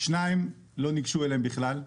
לשניים לא ניגשו בכלל,